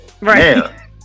right